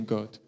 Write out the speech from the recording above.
God